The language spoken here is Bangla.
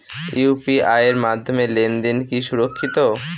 ইউ.পি.আই এর মাধ্যমে লেনদেন কি সুরক্ষিত?